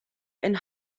and